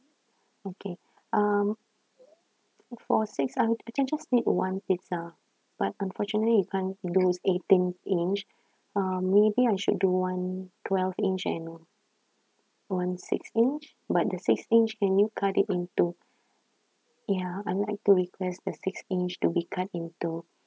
okay um for six I I just need one pizza but unfortunately you can't do eighteen inch uh maybe I should do one twelve inch and one six inch but the six inch can you cut it into ya I'd like to request the six inch to be cut into